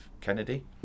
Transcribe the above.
Kennedy